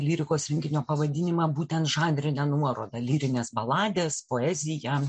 lyrikos rinkinio pavadinimą būtent žanrinę nuoroda lyrinės baladės poezija